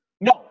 No